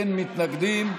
אין מתנגדים,